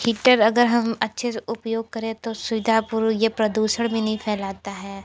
heater अगर हम अच्छे से उपयोग करें तो सुविधापूर्वक ये प्रदूषण भी नहीं फैलाता है